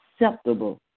acceptable